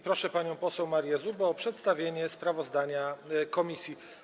Proszę panią poseł Marię Zubę o przedstawienie sprawozdania komisji.